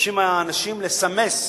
מבקשות מהאנשים לסמס.